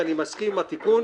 ואני מסכים עם התיקון.